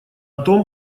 том